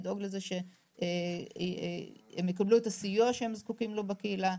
לדאוג לזה שהם יקבלו את הסיוע שהם זקוקים לו בקהילה,